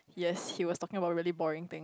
yes he was talking about really boring thing